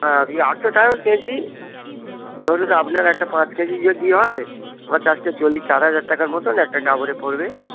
হ্যাঁ এমনি আটশো টাকা কেজি ধরুন ত আপনার একটা পাঁচ কেজি যদি হয় আমার চার হাজার টাকার মতোন একটা ডাবরে পড়বে